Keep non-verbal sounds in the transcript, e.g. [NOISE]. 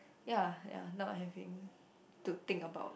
ya ya not having [BREATH] to think about